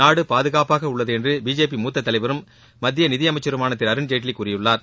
நாடு பாதுகாப்பாக உள்ளது என்று பிஜேபி மூத்த தலைவரும் மத்திய நிதியமைச்சருமான திரு அருண்ஜேட்லி கூறியுள்ளார்